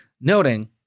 Noting